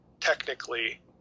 technically